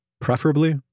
preferably